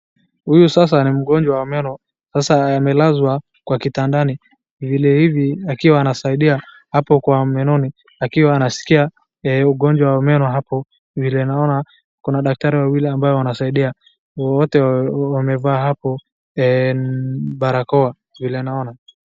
Huyu sasa ni mgonjwa wa meno, sasa amelazwa kwa kitandani, vile hivi akiwa anasaidia hapo kwa menoni akiwa anasikia ugonjwa wa meno. Hapo vile naona kuna daktari wawili wanasaidia wote wamevaa hapo barakoa vile naona.